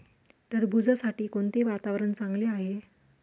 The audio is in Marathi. टरबूजासाठी कोणते वातावरण चांगले आहे?